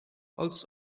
holds